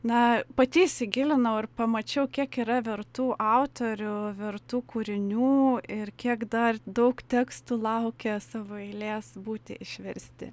na pati įsigilinau ir pamačiau kiek yra vertų autorių vertų kūrinių ir kiek dar daug tekstų laukia savo eilės būti išversti